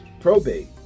probate